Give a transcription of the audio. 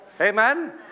Amen